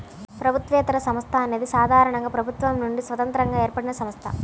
ప్రభుత్వేతర సంస్థ అనేది సాధారణంగా ప్రభుత్వం నుండి స్వతంత్రంగా ఏర్పడినసంస్థ